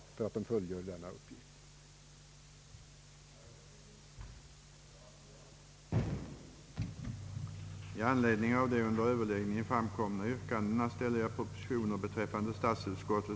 a. godkänna de riktlinjer för kriminalvårdsstyrelsens organisation som angivits i statsrådsprotokollet över justitieärenden för den 3 januari 1969,